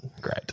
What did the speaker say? Great